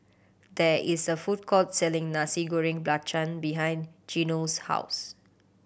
there is a food court selling Nasi Goreng Belacan behind Geno's house